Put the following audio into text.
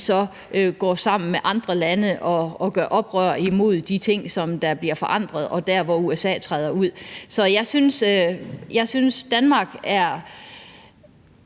vi gå sammen med andre lande og gøre oprør mod de ting, som bliver forandret, og mod, at USA træder ud. Så jeg synes, at Danmark er